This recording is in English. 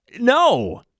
No